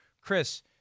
Chris